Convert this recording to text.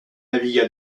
navigua